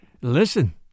Listen